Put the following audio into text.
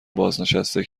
بازنشسته